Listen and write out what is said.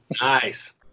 Nice